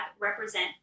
represent